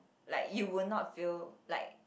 like you would not fail like